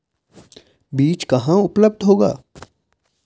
बीज कहाँ उपलब्ध होगा?